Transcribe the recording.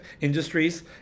industries